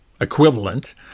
equivalent